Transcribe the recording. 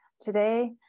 today